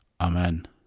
Amen